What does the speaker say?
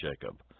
Jacob